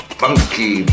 funky